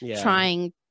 trying